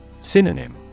Synonym